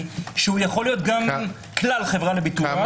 שהוא יכול להיות גם "כלל" חברה לביטוח,